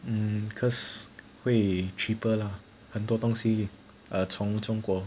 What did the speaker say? mm cause way cheaper lah 很多东西从中国